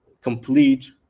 complete